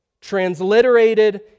transliterated